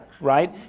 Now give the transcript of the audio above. right